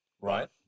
right